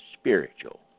spiritual